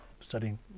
Studying